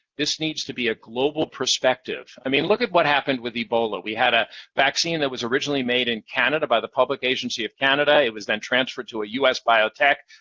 this needs to be a global perspective. i mean, look at what happened with ebola. we had a vaccine that was originally made in canada by the public agency of canada. it was then transferred to a us biotech,